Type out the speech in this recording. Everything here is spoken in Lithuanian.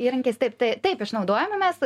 įrankiais taip tai taip išnaudojame mes